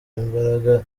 imbaraga